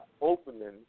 Opening